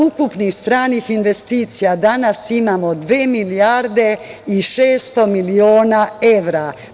Ukupni stranih investicija danas imamo 2 milijarde i 600 miliona evra.